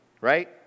right